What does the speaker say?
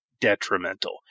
detrimental